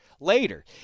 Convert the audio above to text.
later